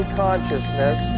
consciousness